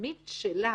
התדמית שלה